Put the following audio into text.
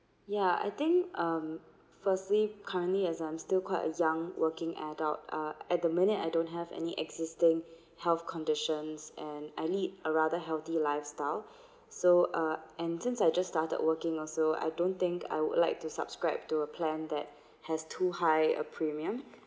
ya I think um firstly currently as I'm still quite a young working adult uh at the minute I don't have any existing health conditions and I need a rather healthy lifestyle so uh and turns I'm just started working also I don't think I would like to subscribe to a plan that has too high uh premium